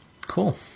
Cool